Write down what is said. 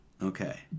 Okay